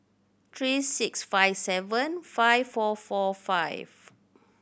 three six five seven five four four five